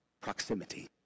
proximity